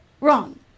Wrong